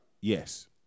yes